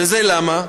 וזה למה?